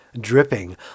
dripping